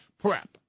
prep